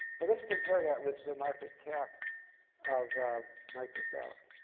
well, let's compare that with the market cap of microsoft.